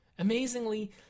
Amazingly